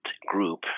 group